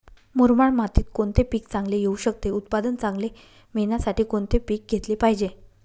मुरमाड मातीत कोणते पीक चांगले येऊ शकते? उत्पादन चांगले मिळण्यासाठी कोणते पीक घेतले पाहिजे?